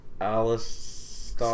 Alice